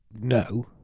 no